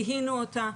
זיהינו אותה.